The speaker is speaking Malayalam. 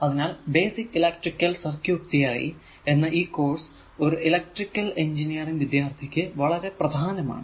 അതിനാൽ ബേസിക് ഇലക്ട്രിക്ക് സർക്യൂട് തിയറി എന്ന ഈ കോഴ്സ് ഒരു ഇലെക്ട്രിക്കൽ എഞ്ചിനീയറിംഗ് വിദ്യാർത്ഥിക്ക് വളരെ പ്രധാനമാണ്